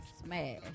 Smash